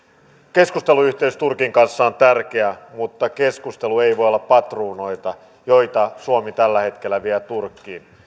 keskusteluyhteys turkin kanssa on tärkeä mutta keskustelu ei voi olla patruunoita joita suomi tällä hetkellä vie turkkiin